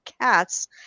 Cats